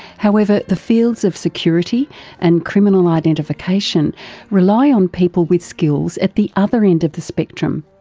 however, the fields of security and criminal identification rely on people with skills at the other end of the spectrum,